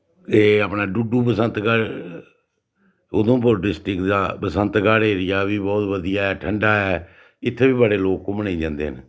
एह् अपने डुडू बसंतगढ़ उधमपुर डिस्ट्रिक दा बसंतगढ़ ऐरिया बी बोह्त बधिया ऐ ठंडा ऐ इत्थें बी बड़े लोक घूमने गी जंदे न